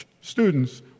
students